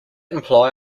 imply